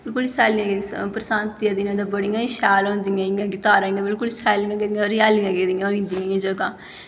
बिलकुल सैल्ली बरसांती दे दिनें ते बड़ियां ई शैल होंदियां इ'यां धारां इ'यां बिलकुल सैल्लियां गेदियां इ'यां हरियालियां गेदियां होई जंदियां इ'यां जगह्